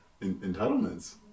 Entitlements